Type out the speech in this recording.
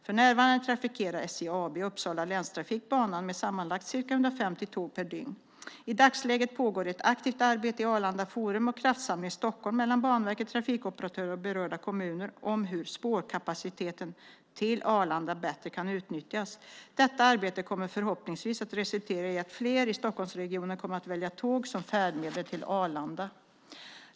För närvarande trafikerar SJ AB och Uppsala länstrafik banan med sammanlagt ca 150 tåg per dygn. I dagsläget pågår ett aktivt arbete i Arlanda forum och Kraftsamling Stockholm mellan Banverket, trafikoperatörer och berörda kommuner om hur spårkapaciteten till Arlanda bättre kan utnyttjas. Detta arbete kommer förhoppningsvis att resultera i att fler i Stockholmsregionen kommer att välja tåg som färdmedel till Arlanda.